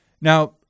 Now